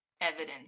evidence